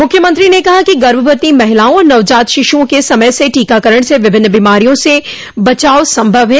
मुख्यमंत्री ने कहा कि गर्भवती महिलाओं और नवजात शिशुओं के समय से टीकाकरण से विभिन्न बीमारियों से बचाव संभव है